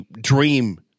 dream